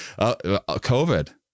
COVID